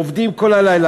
עובדים כל הלילה,